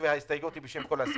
ההסתייגות היא בשם כל הסיעה.